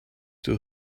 too